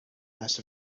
asked